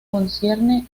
concierne